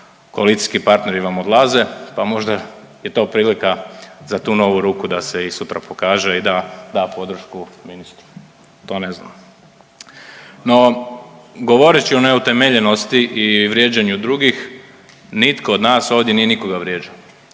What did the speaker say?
koalicijski partneri vam odlaze pa možda je to prilika za tu novu ruku da se i sutra pokaže i da da podršku ministru, to ne znam. No, govoreći o neutemeljenosti i vrijeđanju drugih, nitko od nas ovdje nije nikoga vrijeđao.